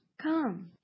come